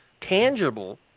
tangible